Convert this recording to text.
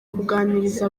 kuganiriza